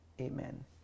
amen